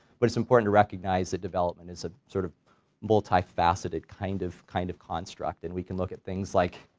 but it's important to recognize that development is a sort of multifaceted kind of kind of construct and we can look at things like